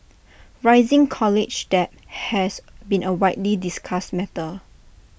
rising college debt has been A widely discussed matter